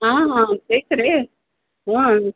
हां हां तेच रे हां